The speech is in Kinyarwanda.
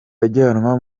ajyanwa